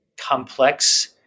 complex